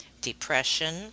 depression